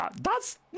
thats